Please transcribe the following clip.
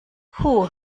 puh